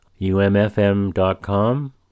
umfm.com